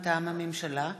מטעם הממשלה: